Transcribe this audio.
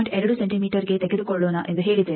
2 ಸೆಂಟಿಮೀಟರ್ಗೆ ತೆಗೆದುಕೊಳ್ಳೋಣ ಎಂದು ಹೇಳಿದ್ದೇವೆ